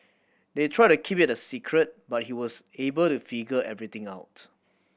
they tried to keep it a secret but he was able to figure everything out